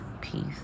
Peace